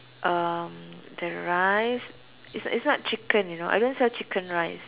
um the rice is not is not chicken you know I don't sell chicken rice